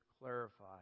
clarify